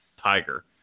tiger